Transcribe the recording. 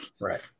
Right